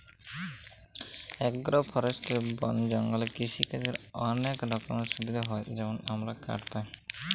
agro forestry বল জঙ্গলে কিসিকাজের অলেক রকমের সুবিধা হ্যয় যেমল আমরা কাঠ পায়